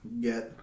get